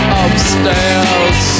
upstairs